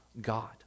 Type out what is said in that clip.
God